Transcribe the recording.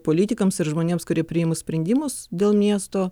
politikams ir žmonėms kurie priima sprendimus dėl miesto